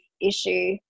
issue